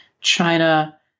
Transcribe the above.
China